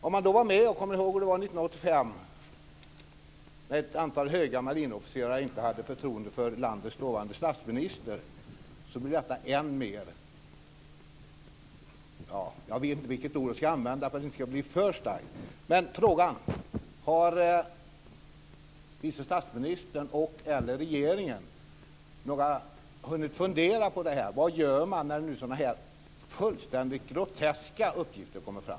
Om man var med och kommer ihåg hur det var 1985 när ett antal höga marinofficerare inte hade förtroende för landets dåvarande statsminister blir detta än mer . Jag vet inte vilket ord jag ska använda för att det inte ska bli för starkt. Min fråga är: Har vice statsministern och eller regeringen hunnit fundera över det här? Vad gör man när nu sådana här fullständigt groteska uppgifter kommer fram?